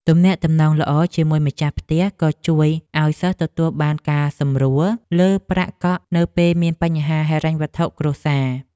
ទំនាក់ទំនងល្អជាមួយម្ចាស់ផ្ទះក៏ជួយឱ្យសិស្សទទួលបានការសម្រួលលើប្រាក់កក់នៅពេលមានបញ្ហាហិរញ្ញវត្ថុគ្រួសារ។